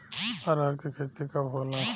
अरहर के खेती कब होला?